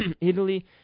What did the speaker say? Italy